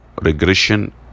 regression